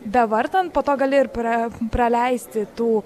bevartant po to gali ir pra praleisti tų